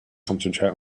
concentrate